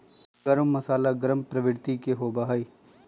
गर्म मसाला गर्म प्रवृत्ति के होबा हई